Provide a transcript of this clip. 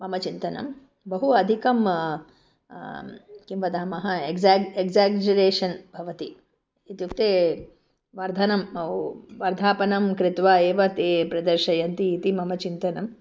मम चिन्तनं बहु अधिकं किं वदामः एग्ज़ाग् एक्साग्जुरेशन् भवति इत्युक्ते वर्धनं वर्धापनं कृत्वा एव ते प्रदर्शयन्ति इति मम चिन्तनम्